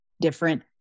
different